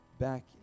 back